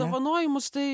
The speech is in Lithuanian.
dovanojimus tai